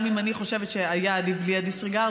גם אם אני חושבת שהיה עדיף בלי ה-disregard